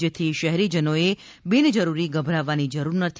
જેથી શહેરીજનોએ બિનજરૂરી ગભરાવાની જરૂર નથી